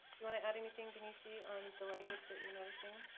you wanna add anything, denise e. on the language that you're noticing?